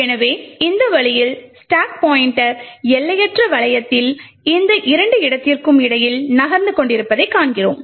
எனவே இந்த வழியில் ஸ்டாக் பாய்ண்ட்டர் எல்லையற்ற வளையத்தில் இந்த இரண்டு இடத்திற்கும் இடையில் நகர்ந்து கொண்டிருப்பதைக் காண்கிறோம்